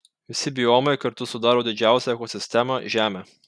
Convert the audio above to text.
visi biomai kartu sudaro didžiausią ekosistemą žemę